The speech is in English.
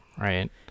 Right